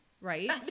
Right